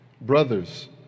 brothers